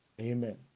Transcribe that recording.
amen